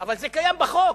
אבל זה קיים בחוק,